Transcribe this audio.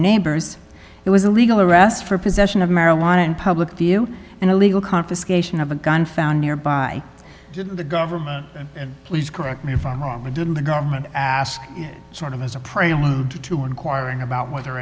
neighbors it was a legal arrest for possession of marijuana in public view and illegal confiscation of a gun found near by the government please correct me if the government asked sort of as a prelude to inquiring about whether